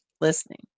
listening